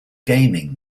gaming